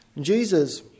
Jesus